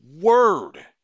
word